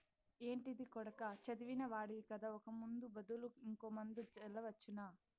ఏంటిది కొడకా చదివిన వాడివి కదా ఒక ముందు బదులు ఇంకో మందు జల్లవచ్చునా